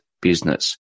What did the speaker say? business